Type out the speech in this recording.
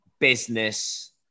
business